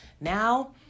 Now